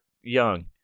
young